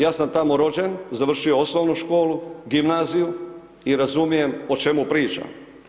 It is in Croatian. Ja sam tamo rođen, završio osnovnu školu, gimnaziju i razumijem o čemu pričam.